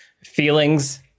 feelings